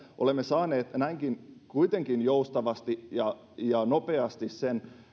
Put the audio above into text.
olemme saaneet kuitenkin näinkin joustavasti ja nopeasti sen